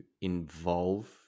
involve